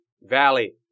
Valley